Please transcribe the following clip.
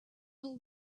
till